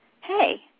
hey